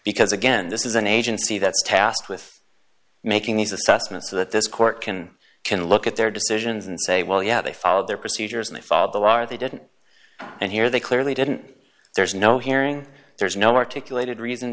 because again this is an agency that's tasked with making these assessments so that this court can can look at their decisions and say well yeah they followed their procedures and they followed the law are they didn't and here they clearly didn't there's no hearing there's no articulated reason